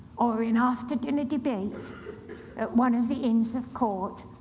or in after dinner debate at one of the inns of court,